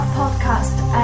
podcast